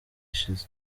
ishize